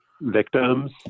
victims